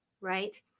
right